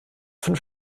fünf